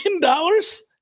dollars